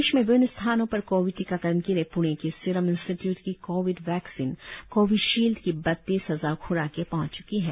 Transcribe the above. प्रदेश में विभिन्न स्थानों पर कोविड टीकाकरण के लिए प्णे के सिरम इंस्टीट्यूट की कोविड वैक्सीन कोविशील्ड की बत्तीस हजार ख्राके पहंच च्की है